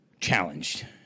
challenged